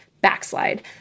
backslide